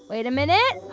wait a minute.